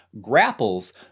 grapples